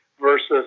versus